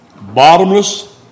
bottomless